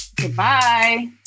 Goodbye